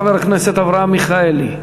חבר הכנסת אברהם מיכאלי.